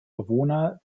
bewohner